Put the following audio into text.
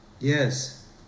Yes